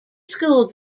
school